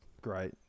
great